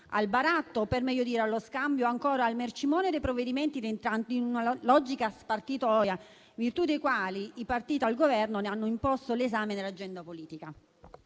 al baratto o, per meglio dire, allo scambio, anzi al mercimonio dei provvedimenti, entrando in una logica spartitoria in virtù della quale i partiti al Governo ne hanno imposto l'esame nell'agenda politica.